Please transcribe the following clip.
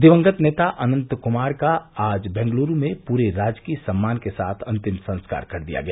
दिवंगत नेता अनन्त क्मार का आज बेंगलूरू में पूरे राजकीय सम्मान के साथ अंतिम संस्कार कर दिया गया